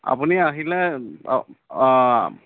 আপুনি আহিলে অ অ